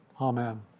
Amen